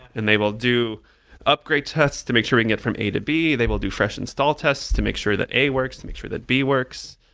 and they will do upgrade tests to make sure you get from a to b. they will do fresh install tests to make sure that a works, to make sure that b works.